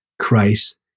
Christ